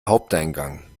haupteingang